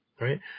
Right